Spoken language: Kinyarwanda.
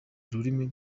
rurimi